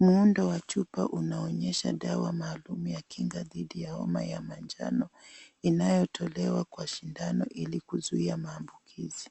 muundo wa chupa inaonyesha dawa maalum ya kinga dhidi ya homa ya manjano inayotolewa kwa sindano ili kuzuia maambukizi .